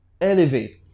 elevate